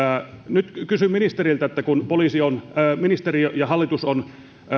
nyt kysyn ministeriltä kun ministeriö ja hallitus on